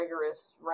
rigorous